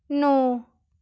ਨੌ